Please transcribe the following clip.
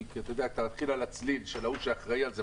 כי אתה שומע את הצליל של ההוא שאחראי על זה,